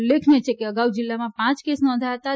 ઉલ્લેખનીય છે કે અગાઉ જિલ્લામાં પાંચ કેસ નોંઘાય હતાં